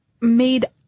made